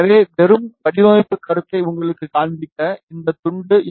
எனவே வெறும் வடிவமைப்பு கருத்தை உங்களுக்கு காண்பிக்க இந்த துண்டு 70